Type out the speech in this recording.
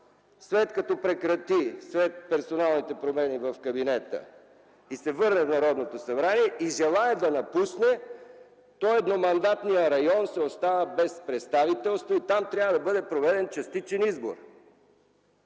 Божидар Димитров, след персоналните промени в кабинета, се върне в Народното събрание, желае да напусне, то едномандатният район остава без представителство и там трябва да бъде проведен частичен избор.